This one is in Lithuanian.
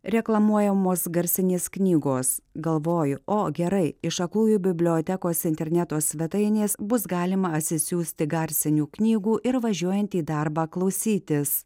reklamuojamos garsinės knygos galvoju o gerai iš aklųjų bibliotekos interneto svetainės bus galima atsisiųsti garsinių knygų ir važiuojant į darbą klausytis